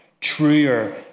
truer